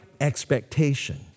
expectation